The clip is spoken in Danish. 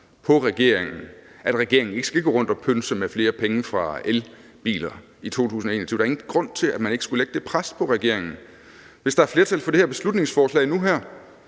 på regeringen, for at regeringen ikke skal gå rundt og pønse på at få flere penge fra elbiler i 2021. Der er ingen grund til, at man ikke skulle lægge det pres på regeringen. Hvis der er flertal for det her beslutningsforslag nu her,